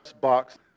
Box